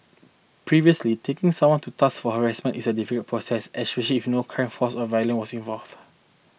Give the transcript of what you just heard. previously taking someone to task for harassment is a difficult process especially if no criminal force or violence was involved